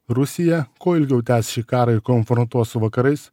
rusija kuo ilgiau tęs šį karą ir konfrontuos su vakarais